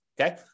Okay